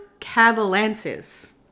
cavalances